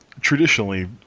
Traditionally